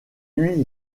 nuit